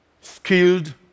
Skilled